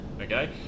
okay